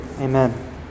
amen